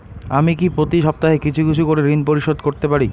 আমি কি প্রতি সপ্তাহে কিছু কিছু করে ঋন পরিশোধ করতে পারি?